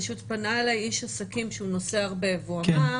פנה אליי איש עסקים שהוא נוסע הרבה והוא אמר